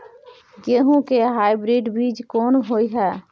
गेहूं के हाइब्रिड बीज कोन होय है?